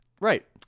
Right